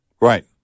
Right